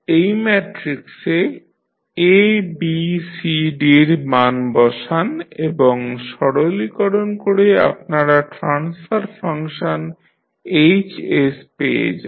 এই ম্যাট্রিক্সে A B C D র মান বসান এবং সরলীকরণ করে আপনারা ট্রান্সফার ফাংশন Hs পেয়ে যাবেন